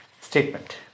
statement